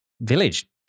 village